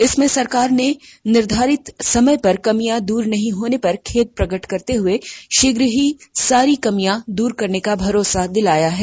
इसमें सरकार ने निर्धारित समय पर कमियां दूर नहीं होने पर खेद प्रकट करते हुए शीघ्र ही सारी कमियां दूर करने का भरोसा दिलाया है